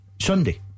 Sunday